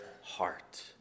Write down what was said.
heart